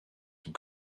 from